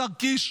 השר קיש,